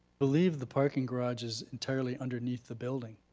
believe the parking garage is entirely underneath the building.